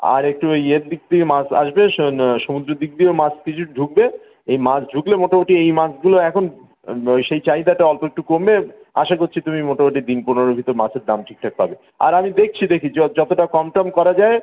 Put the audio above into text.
আর একটু ওই ইয়ের দিক থেকে মাছ আসবে স সমুদ্রের দিক দিয়ে মাছ কিছু ঢুকবে এই মাছ ঢুকলে মোটামুটি এই মাছগুলো এখন সেই চাহিদাটা অল্প একটু কমবে আশা করছি তুমি মোটামুটি দিন পনেরোর ভিতর মাছের দাম ঠিকঠাক পাবে আর আমি দেখছি দেখি য যতটা কম টম করা যায়